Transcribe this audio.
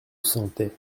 sentait